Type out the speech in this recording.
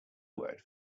word